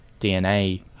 DNA